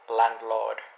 landlord